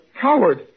coward